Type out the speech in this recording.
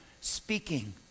speaking